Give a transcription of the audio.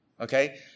Okay